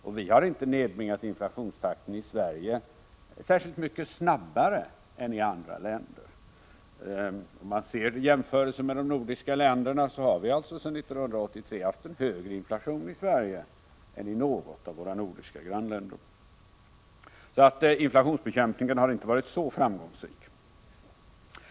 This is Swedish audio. Och vi har inte i Sverige nedbringat inflationstakten särskilt mycket snabbare än i andra länder. Vid en jämförelse med de nordiska länderna finner man att vi sedan 1983 har haft en högre inflation i Sverige än i något av våra nordiska grannländer. Inflationsbekämpningen har alltså inte varit så framgångsrik.